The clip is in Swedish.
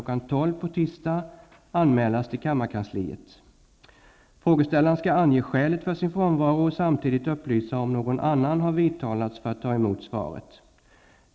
12.00 på tisdagen -- anmälas till kammarkansliet. Frågeställaren skall ange skälet för sin frånvaro och samtidigt upplysa om någon annan har vidtalats att ta emot svaret.